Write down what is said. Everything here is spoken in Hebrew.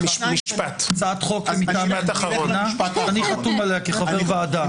הצעת חוק מטעם הוועדה, ואני חתום עליה כחבר ועדה.